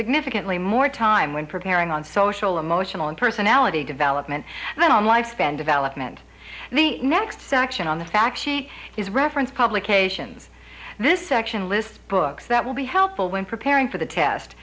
significantly more time when preparing on social emotional and personality development and on life span development the next section on the fact sheet is referenced publications this section lists books that will be helpful when preparing for the test